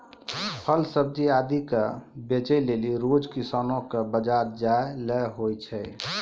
फल सब्जी आदि क बेचै लेलि रोज किसानो कॅ बाजार जाय ल होय छै